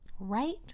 Right